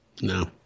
No